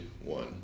one